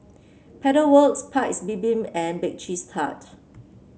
Pedal Works Paik's Bibim and Bake Cheese Tart